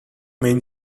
main